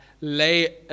lay